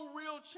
real